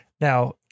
Now